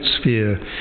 sphere